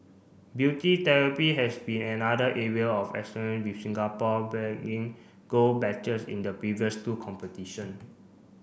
beauty therapy has been another area of excellent with Singapore bagging gold in the previous two competition